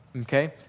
Okay